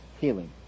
healing